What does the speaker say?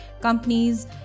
companies